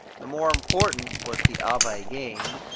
the more important was the abbe gaime,